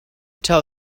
tell